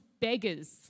beggars